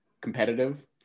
competitive